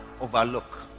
overlook